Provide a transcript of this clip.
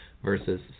Versus